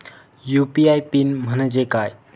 UPI PIN म्हणजे काय?